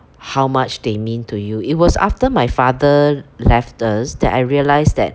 how much they mean to you it was after my father left us that I realise that